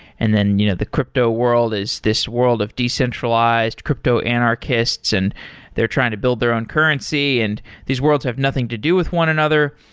and then you know the crypto world is this world of decentralized crypto anarchists and they're trying to build their own currency, and these worlds have nothing to do with one another.